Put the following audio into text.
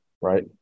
right